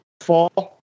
fall